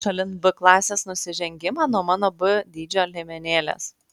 šalin b klasės nusižengimą nuo mano b dydžio liemenėlės